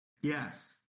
Yes